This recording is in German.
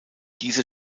diese